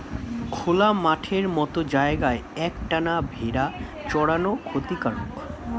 খোলা মাঠের মত জায়গায় এক টানা ভেড়া চরানো ক্ষতিকারক